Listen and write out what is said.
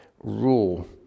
rule